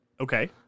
Okay